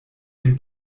dem